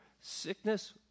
sickness